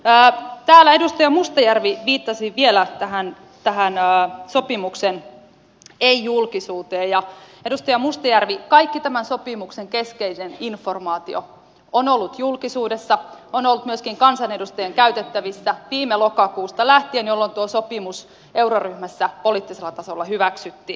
täällä edustaja mustajärvi viittasi vielä tähän sopimuksen ei julkisuuteen ja edustaja mustajärvi kaikki tämän sopimuksen keskeinen informaatio on ollut julkisuudessa on ollut myöskin kansanedustajien käytettävissä viime lokakuusta lähtien jolloin tuo sopimus euroryhmässä poliittisella tasolla hyväksyttiin